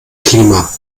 klima